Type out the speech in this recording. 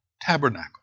tabernacle